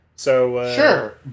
Sure